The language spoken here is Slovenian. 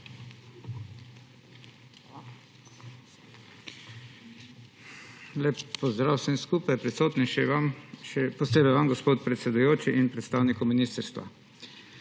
Lep pozdrav vsem skupaj prisotnim; še posebej vam, gospod predsedujoči, in predstavnikom ministrstva!